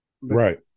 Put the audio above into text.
Right